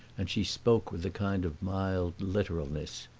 and she spoke with a kind of mild literalness.